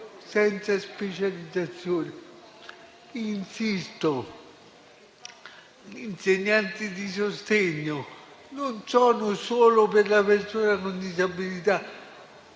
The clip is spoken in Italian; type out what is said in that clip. senza specializzazione. Insisto: gli insegnanti di sostegno non sono solo per la persona con disabilità,